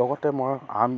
লগতে মই আন